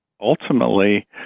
ultimately